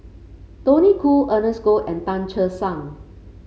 Tony Khoo Ernest Goh and Tan Che Sang